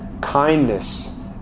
kindness